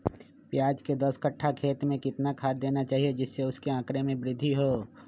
प्याज के दस कठ्ठा खेत में कितना खाद देना चाहिए जिससे उसके आंकड़ा में वृद्धि हो?